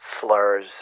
slurs